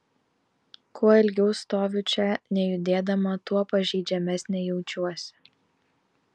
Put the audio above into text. kuo ilgiau stoviu čia nejudėdama tuo pažeidžiamesnė jaučiuosi